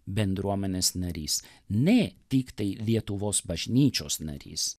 bendruomenės narys nei tiktai lietuvos bažnyčios narys